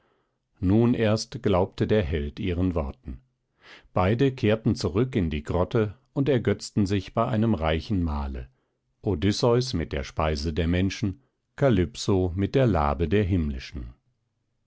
nun erst glaubte der held ihren worten beide kehrten zurück in die grotte und ergötzten sich bei einem reichen mahle odysseus mit der speise der menschen kalypso mit der labe der himmlischen